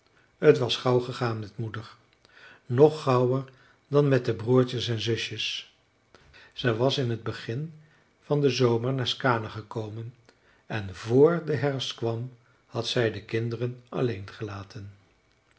t was gauw gegaan met moeder nog gauwer dan met de broertjes en zusjes ze was in t begin van den zomer naar skaane gekomen en vr de herfst kwam had zij de kinderen alleen gelaten